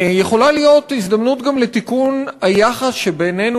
יכולה להיות הזדמנות גם לתיקון היחס שבינינו